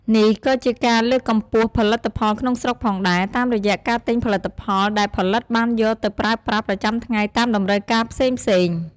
នេះក៏ជាការលើកកម្ពស់ផលិតផលក្នុងស្រុកផងដែរ តាមរយៈការទិញផលិតផលដែលផលិតបានយកទៅប្រើប្រាស់ប្រចាំថ្ងៃតាមតម្រូវការផ្សេងៗ។